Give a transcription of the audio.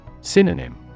Synonym